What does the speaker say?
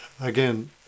again